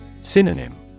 Synonym